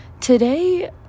today